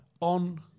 On